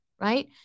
right